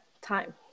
time